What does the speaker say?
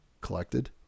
collected